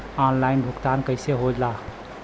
Online भुगतान कैसे होए ला?